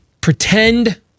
pretend